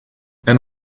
and